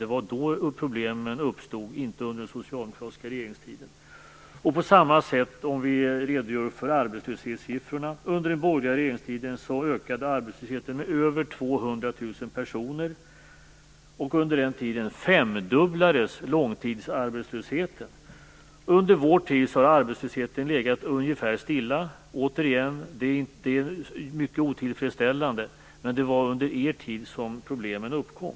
Det var då problemen uppstod, inte under den socialdemokratiska regeringstiden. Om vi redogör för arbetslöshetssiffrorna är det på samma sätt. Under den borgerliga regeringstiden ökade arbetslösheten med över 200 000 personer. Under den tiden femdubblades långtidsarbetslösheten. Under vår tid har arbetslösheten legat ungefär stilla. Det är mycket otillfredsställande. Men det var under er tid som problemen uppkom.